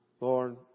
Lord